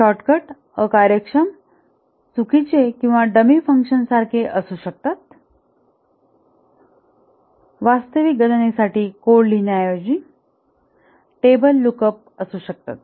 shortcut अकार्यक्षम चुकीचे किंवा डमी फंक्शन्ससारखे असू शकतात वास्तविक गणनेसाठी कोड लिहिण्याऐवजी टेबल लूकअप असू शकतात